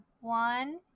One